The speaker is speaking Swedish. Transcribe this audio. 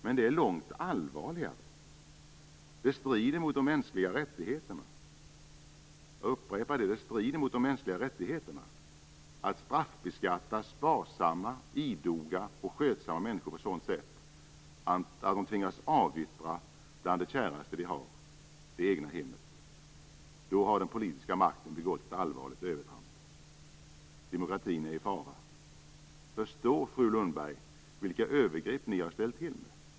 Men det långt allvarligare är att det strider mot de mänskliga rättigheterna - jag upprepar att det strider mot de mänskliga rättigheterna - att straffbeskatta sparsamma idoga och skötsamma människor på ett sådant sätt att de tvingas avyttra det käraste de har, det egna hemmet. Då har den politiska makten begått ett allvarligt övertramp. Demokratin är i fara. Förstår fru Lundberg vilka övergrepp ni har ställt till med?